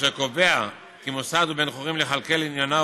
אשר קובע כי מוסד הוא בן חורין לכלכל את ענייניו